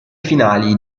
finali